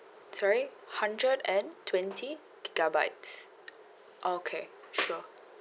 sorry hundred and twenty gigabytes okay sure